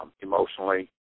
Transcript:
emotionally